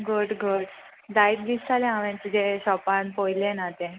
घोट घोट जायत दीस जालें हांवें तुजें शॉपान पोयलें ना तें